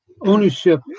ownership